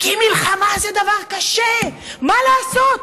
כי מלחמה זה דבר קשה, מה לעשות.